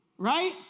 right